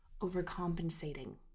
overcompensating